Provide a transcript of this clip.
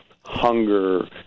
hunger